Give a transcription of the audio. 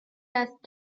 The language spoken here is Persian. است